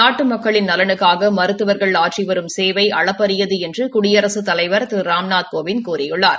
நாட்டு மக்களின் நலனுக்காக மருத்துவா்கள் ஆற்றி வரும் சேவை அளப்பறியது என்று குடியரசுத் தலைவா திரு ராம்நாத் கோவிந்த் கூறியுள்ளார்